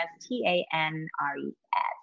T-A-N-R-E-S